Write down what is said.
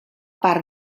part